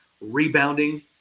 rebounding